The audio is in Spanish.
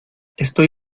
estoy